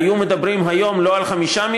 היו מדברים היום לא על 5 מיליון,